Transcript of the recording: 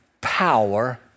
power